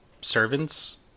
servants